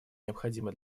необходимый